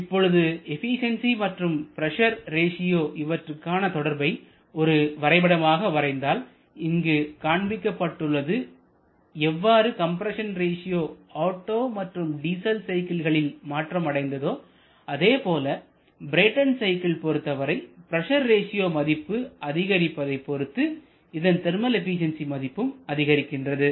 இப்பொழுது எபிசியன்சி மற்றும் pressure ratio இவற்றுக்கான தொடர்பை ஒரு வரைபடமாக வரைந்தால்இங்கு காண்பிக்கப்பட்டுள்ளது எவ்வாறு கம்ப்ரஸன் ரேசியோ ஒட்டோ மற்றும் டீசல் சைக்கிள்களில் மாற்றம் அடைந்தது அதேபோல பிரேட்டன் சைக்கிள் பொறுத்தவரை பிரஷர் ரேசியோ மதிப்பு அதிகரிப்பதை பொறுத்து இதன் தெர்மல் எபிசென்சி மதிப்பும் அதிகரிக்கின்றது